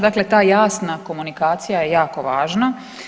Dakle ta jasna komunikacija je jako važna.